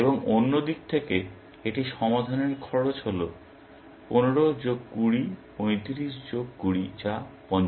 এবং অন্য দিক থেকে এটি সমাধানের খরচ হল 15 যোগ 20 35 যোগ 20 যা 55